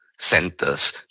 centers